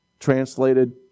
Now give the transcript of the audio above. translated